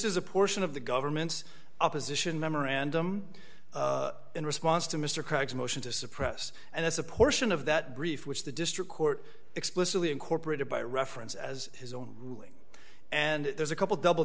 is a portion of the government's opposition memorandum in response to mr craggs motion to suppress and as a portion of that brief which the district court explicitly incorporated by reference as his own ruling and there's a couple double